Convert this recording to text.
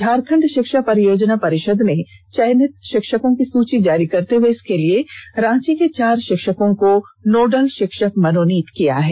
झारखंड शिक्षा परियोजना परिषद ने चयनित शिक्षकों की सूची जारी करते हुए इसके लिए रांची के चार शिक्षकों को नोडल शिक्षक मनोनीत किया है